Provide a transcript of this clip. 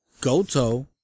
Goto